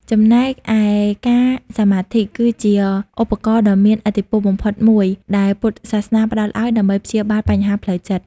ចំណែកឯការសមាធិ គឺជាឧបករណ៍ដ៏មានឥទ្ធិពលបំផុតមួយដែលពុទ្ធសាសនាផ្ដល់ឱ្យ ដើម្បីព្យាបាលបញ្ហាផ្លូវចិត្ត។